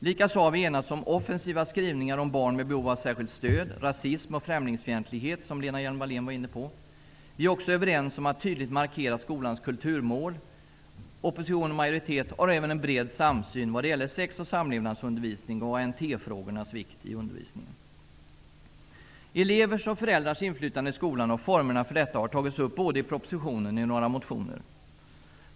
Likaså har vi enats om offensiva skrivningar om barn med behov av särskilt stöd och mot rasism och främlingsfientlighet, som Lena Hjelm-Wallén var inne på. Vi är också överens om att tydligt markera skolans kulturmål. Opposition och majoritet har även en bred samsyn vad gäller sex och samlevnadsundervisning samt ANT-frågornas vikt i undervisningen. Elevers och föräldrars inflytande i skolan och formerna för detta har tagits upp både i propositionen och i några motioner.